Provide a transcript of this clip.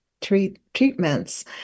treatments